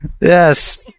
Yes